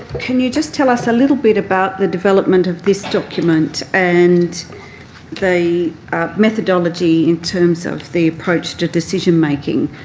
can you just tell us a little bit about the development of this document and the methodology in terms of the approach to decision-making,